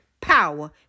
Power